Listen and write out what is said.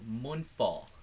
Moonfall